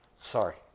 Sorry